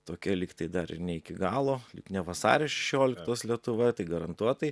tokia lyg tai dar ir ne iki galo ne vasario šešioliktos lietuva tai garantuotai